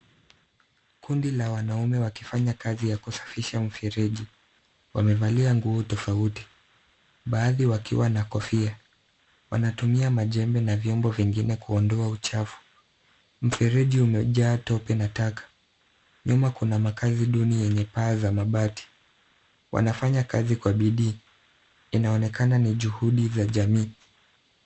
Kundi la wanaume wakifanya kazi ya kusafisha mfereji. Wamevalia nguo tofauti, baadhi wakiwa na kofia. Wanatumia majembe na vyombo vingine kuondoa uchafu. Mfereji umejaa tope na taka. Nyuma kuna makazi duni yenye paa za mabati. Wanafanya kazi kwa bidii. Inaonekana ni juhudi za jamii.